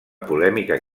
polèmica